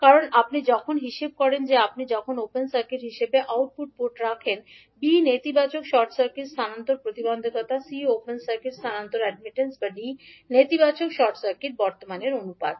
কারণ আপনি যখন হিসাব করেন যে আপনি যখন ওপেন সার্কিট হিসাবে আউটপুট পোর্ট রাখেন B নেতিবাচক শর্ট সার্কিট স্থানান্তর প্রতিবন্ধকতা C ওপেন সার্কিট স্থানান্তর অ্যাডমিনট্যান্স এবং D আবার নেতিবাচক শর্ট সার্কিট বর্তমান অনুপাত